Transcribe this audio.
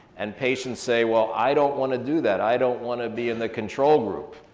and patients say, well i don't wanna do that i don't wanna be in the control group.